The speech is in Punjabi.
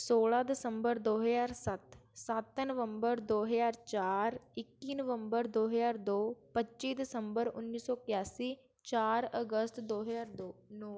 ਸੋਲ੍ਹਾਂ ਦਸੰਬਰ ਦੋ ਹਜ਼ਾਰ ਸੱਤ ਸੱਤ ਨਵੰਬਰ ਦੋ ਹਜ਼ਾਰ ਚਾਰ ਇੱਕੀ ਨਵੰਬਰ ਦੋ ਹਜ਼ਾਰ ਦੋ ਪੱਚੀ ਦਸੰਬਰ ਉੱਨੀ ਸੌ ਇਕਿਆਸੀ ਚਾਰ ਅਗਸਤ ਦੋ ਹਜ਼ਾਰ ਦੋ ਨੌ